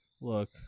Look